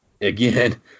again